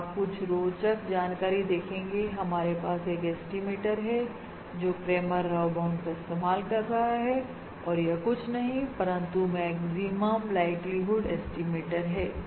और आप कुछ रोचक जानकारी देखेंगे हमारे पास एक एस्टिमेटर है जो क्रैमर राव बाउंड का इस्तेमाल कर रहा है और यह कुछ नहीं परंतु मैक्सिमम लाइक्लीहुड ऐस्टीमेट है